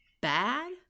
bad